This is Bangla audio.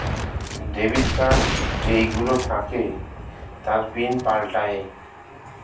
ডেবিট কার্ড যেই গুলো থাকে তার পিন পাল্টায়ে